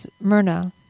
Myrna